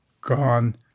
gone